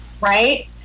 Right